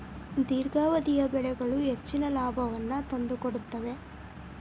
ದೇರ್ಘಾವಧಿಯ ಬೆಳೆಗಳು ಹೆಚ್ಚಿನ ಲಾಭವನ್ನು ತಂದುಕೊಡುತ್ತವೆ